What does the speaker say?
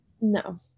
No